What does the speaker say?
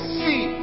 see